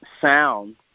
sound